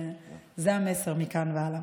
זה המסר מכאן והלאה.